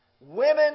Women